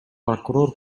прокурор